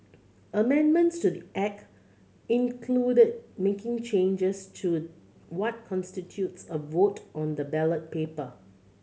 amendments to the Act included making changes to what constitutes a vote on the ballot paper